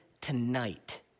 tonight